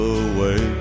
away